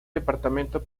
departamento